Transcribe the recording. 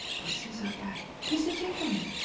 god says, okay, he's a gentleman,